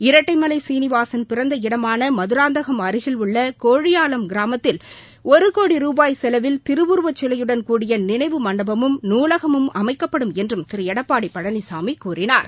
இரட்டைமலை சீளிவாசன் பிறந்த இடமான மதுராந்தகம் அருகில் உள்ள கோழியாளம் கிராமத்தில் ஒரு கோடி ரூபாய் செலவில் திருவுருவச்சிலையுடன் கூடிய நினைவு மண்டபமும் நூலகமும் அமைக்கப்படும் என்றும் திரு எடப்பாடி பழனிசாமி கூறினார்